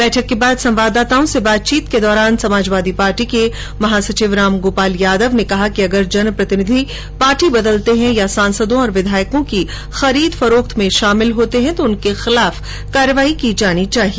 बैठक के बाद संवाददाताओं से बातचीत के दौरान समाजवादी पार्टी के महासचिव रामगोपाल यादव ने कहा कि अगर जनप्रतिनिधि पार्टी बदलते हैं या सांसदों और विधायकों की खरीद फरोख्त में शामिल होते हैं तो उनके खिलाफ कार्रवाई की जानी चाहिए